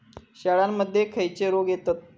शेळ्यामध्ये खैचे रोग येतत?